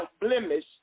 blemish